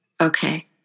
Okay